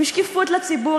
עם שקיפות לציבור,